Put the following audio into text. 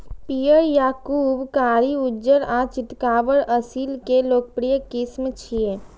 पीयर, याकूब, कारी, उज्जर आ चितकाबर असील के लोकप्रिय किस्म छियै